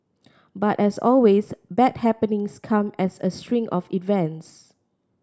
but as always bad happenings come as a string of events